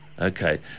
Okay